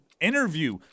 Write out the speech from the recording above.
interview